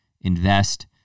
invest